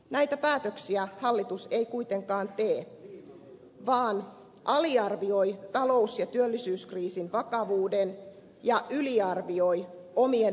näitä päätöksiä hallitus ei kuitenkaan tee vaan aliarvioi talous ja työllisyyskriisin vakavuuden ja yliarvioi omien veronkevennystensä työllisyysvaikutuksen